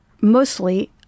mostly